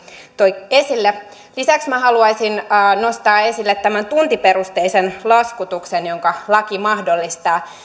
toi esille lisäksi minä haluaisin nostaa esille tämän tuntiperusteisen laskutuksen jonka laki mahdollistaa